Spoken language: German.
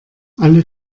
alle